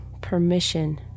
permission